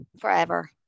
forever